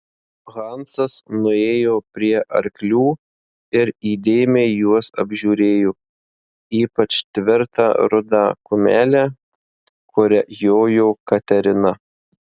hansas nuėjo prie arklių ir įdėmiai juos apžiūrėjo ypač tvirtą rudą kumelę kuria jojo katerina